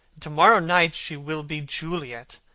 to-morrow night she will be juliet.